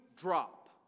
drop